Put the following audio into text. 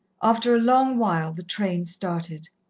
after a long while the train started.